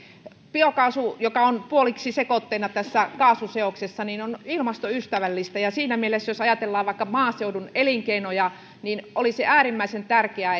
biokaasu joka on puoliksi sekoitteina tässä kaasuseoksessa on ilmastoystävällistä ja siinä mielessä jos ajatellaan vaikka maaseudun elinkeinoja olisi äärimmäisen tärkeää